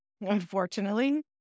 unfortunately